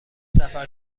سفر